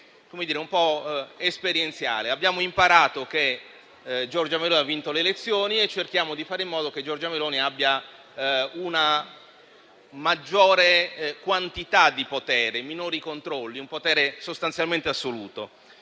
un po' esperienziale. Abbiamo imparato che Giorgia Meloni ha vinto le elezioni e cerchiamo di fare in modo che abbia maggiore quantità di potere, minori controlli, un potere sostanzialmente assoluto.